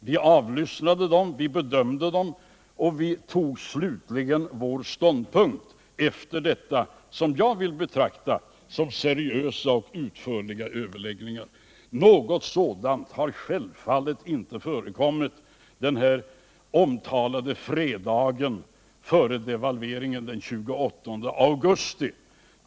Vi avlyssnade och bedömde dem och tog slutligen ställning efter, som jag vill betrakta det, seriösa och utförliga överläggningar. Något sådant förekom självfallet inte den här omtalade fredagen före devalveringen den 28 augusti i fjol.